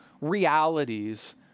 realities